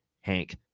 Hank